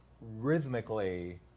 rhythmically